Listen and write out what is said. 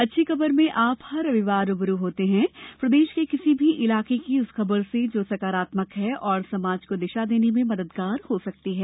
अच्छी खबर में आप हर रविवार रू ब रू होते हैं प्रदेश के किसी भी इलाके की उस खबर से जो सकारात्मक है और समाज को दिशा देने में मददगार हो सकती है